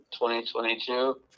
2022